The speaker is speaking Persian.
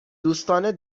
دوستان